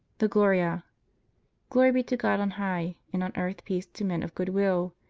the gloria glory be to god on high, and on earth peace to men of good will.